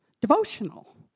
devotional